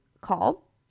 call